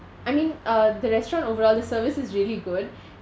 I mean uh the restaurant overall the service is really good